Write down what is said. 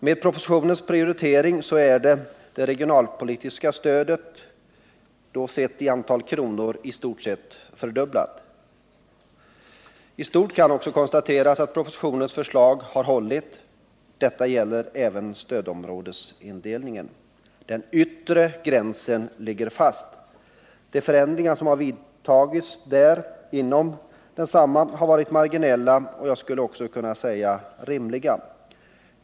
Med propositionens prioritering är det regionalpolitiska stödet i antal kronor i stort sett fördubblat. I stort kan också konstateras att propositionens förslag har hållit; detta gäller även stödområdesindelningen. Den yttre gränsen ligger fast. De förändringar som har vidtagits inom densamma har varit marginella — och jag skulle också vilja säga rimliga.